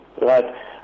right